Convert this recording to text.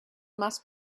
must